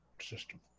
system